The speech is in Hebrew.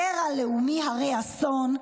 קרע לאומי הרה אסון,